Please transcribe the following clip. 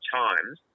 times